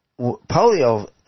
polio